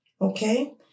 Okay